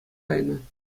кайнӑ